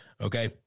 Okay